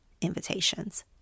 invitations